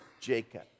Jacob